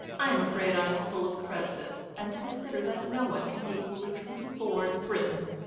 i am afraid i am full of prejudice, and consider that no one can equal a true-born briton.